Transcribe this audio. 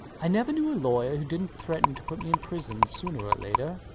i never knew a lawyer who didnt threaten to put me in prison sooner or later.